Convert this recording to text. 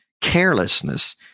carelessness